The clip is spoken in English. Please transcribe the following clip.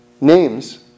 names